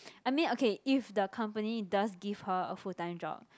I mean okay if the company does give her a full time job